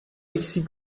alexis